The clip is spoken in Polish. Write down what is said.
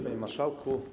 Panie Marszałku!